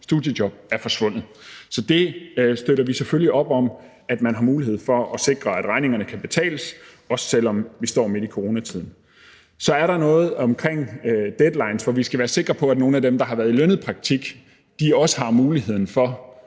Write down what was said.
studiejob er forsvundet. Så vi støtter selvfølgelig op om, at man har mulighed for at sikre, at regningerne kan betales – også selv om vi står midt i coronatiden. Så er der noget omkring deadlines, hvor vi skal være sikre på, at nogle af dem, der har været i lønnet praktik, også har muligheden for